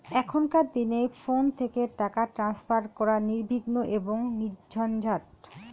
এখনকার দিনে ফোন থেকে টাকা ট্রান্সফার করা নির্বিঘ্ন এবং নির্ঝঞ্ঝাট